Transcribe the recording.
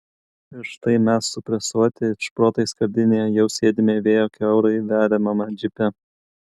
ir štai mes supresuoti it šprotai skardinėje jau sėdime vėjo kiaurai veriamame džipe